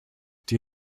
die